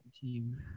team